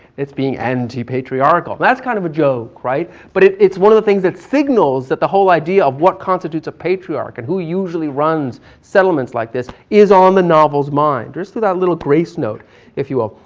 it's being anti patriarchal that's kind of a joke right, but it's one of the things that signals that the whole idea of what constitutes a patriarch and who usually runs settlements like this, is on the novels mind. just through that little grace note. if you will.